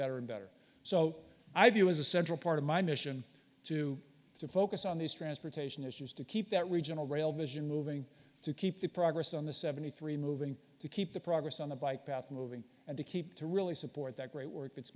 better and better so i view as a central part of my mission to focus on these transportation issues to keep that regional rail vision moving to keep the progress on the seventy three moving to keep the progress on the bike path moving and to keep to really support that great work that's